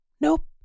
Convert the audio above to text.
Nope